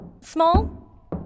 small